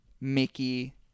Mickey